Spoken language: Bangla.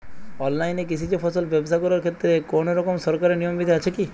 অনলাইনে কৃষিজ ফসল ব্যবসা করার ক্ষেত্রে কোনরকম সরকারি নিয়ম বিধি আছে কি?